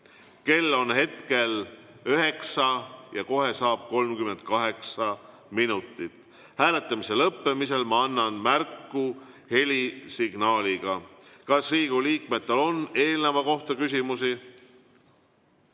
Kell on hetkel 9 ja kohe saab 38 minutit. Hääletamise lõppemisest annan märku helisignaaliga. Kas Riigikogu liikmetel on eelneva kohta küsimusi?